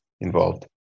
involved